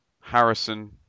Harrison